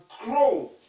grow